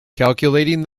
calculating